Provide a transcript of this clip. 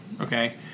okay